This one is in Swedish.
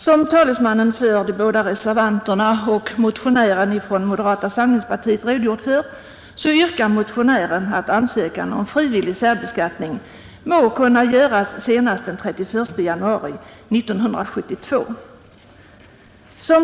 Som talesmannen för de båda reservanterna och motionären från moderata samlingspartiet redogjort för yrkas i motionen att ansökan om frivillig särbeskattning må kunna göras senast den 31 januari 1972.